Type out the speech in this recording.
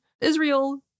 Israel